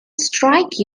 strike